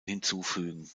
hinzufügen